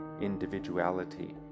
individuality